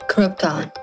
Krypton